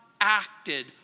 acted